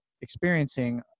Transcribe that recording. experiencing